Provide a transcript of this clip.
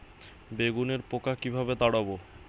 বেগুনের পোকা কিভাবে তাড়াব?